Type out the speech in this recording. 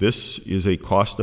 this is a cost